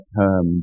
term